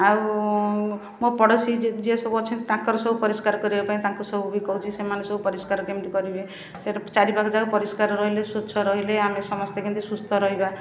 ଆଉ ମୋ ପଡ଼ୋଶୀ ଯେତେ ଯିଏ ସବୁ ଅଛନ୍ତି ତାଙ୍କର ସବୁ ପରିଷ୍କାର କରିବା ପାଇଁ ତାଙ୍କୁ ସବୁ ବି କହୁଛି ସେମାନେ ସବୁ ପରିଷ୍କାର କେମିତି କରିବେ ଚାରି ପାଖ ଯାକ ପରିଷ୍କାର ରହିଲେ ସ୍ୱଚ୍ଛ ରହିଲେ ଆମେ ସମସ୍ତେ କେମିତି ସୁସ୍ଥ ରହିବା